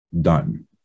done